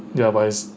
ya but it's